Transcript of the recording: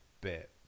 bit